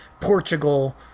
Portugal